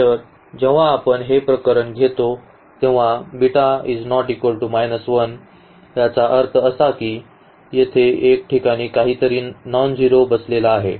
तर जेव्हा आपण हे प्रकरण घेतो तेव्हा याचा अर्थ असा की येथे या ठिकाणी काहीतरी नॉनझेरो बसलेला आहे